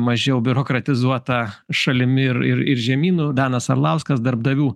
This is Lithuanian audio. mažiau biurokratizuota šalimi ir ir žemynu danas arlauskas darbdavių